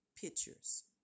pictures